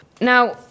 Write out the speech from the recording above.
Now